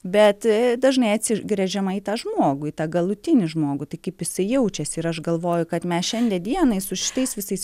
bet dažnai atsigręžiama į tą žmogų į tą galutinį žmogų tai kaip jisai jaučiasi ir aš galvoju kad mes šiandie dienai su šitais visais